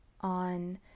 on